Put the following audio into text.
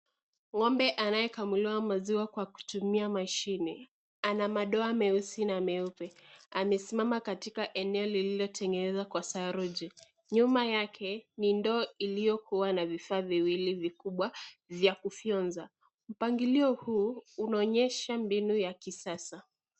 Ng'ombe anayekamuliwa maziwa kwa kutumia mashine ana madoa meusi na meupe amesima katika eneo lililotengenezwa kwa saruji nyuma yake ni ndoo iliyokuwa na vifaa viwili vikubwa vya kufyonza, mpangilio huu unaonyesha mbinu ya kisasa.